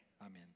amen